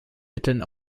mitteln